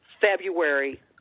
February